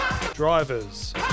Drivers